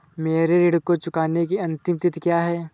मेरे ऋण को चुकाने की अंतिम तिथि क्या है?